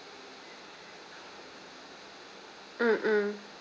mm mm